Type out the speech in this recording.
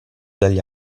dagli